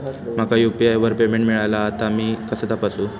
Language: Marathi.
माका यू.पी.आय वर पेमेंट मिळाला हा ता मी कसा तपासू?